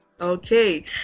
Okay